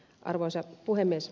arvoisa puhemies